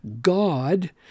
God